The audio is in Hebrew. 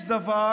יש דבר